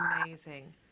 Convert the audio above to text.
Amazing